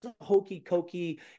hokey-cokey